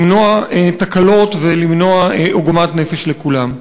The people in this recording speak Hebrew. למנוע תקלות ולמנוע עוגמת נפש לכולם.